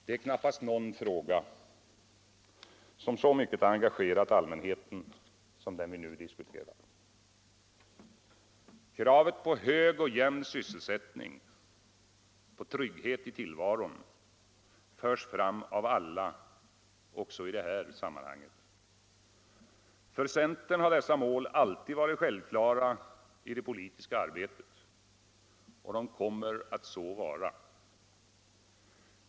Det är knappast någon fråga som så starkt engagerat allmänheten som den vi nu diskuterar. Kravet på hög och jämn sysselsättning och på trygghet i tillvaron förs fram av alla också i detta sammanhang. För centern har dessa mål alltid varit självklara i det politiska arbetet och kommer att så vara.